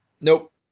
Nope